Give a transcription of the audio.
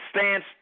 stance